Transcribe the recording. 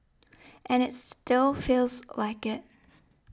and it still feels like it